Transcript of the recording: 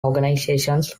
organizations